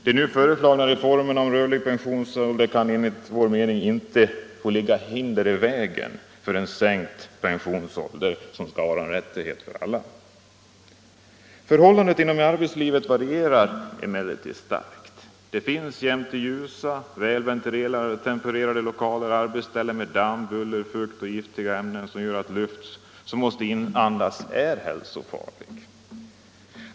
Den nu föreslagna reformen om rörlig pensionsålder kan enligt vår mening inte få lägga hinder i vägen för en sänkt pensionsålder, som skall vara en rättighet för alla. Förhållandena inom arbetslivet varierar emellertid starkt. Det finns, jämte ljusa, väl ventilerade och tempererade arbetslokaler, arbetsställen med damm, fukt och giftiga ämnen som gör luften hälsovådlig att inandas.